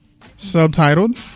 subtitled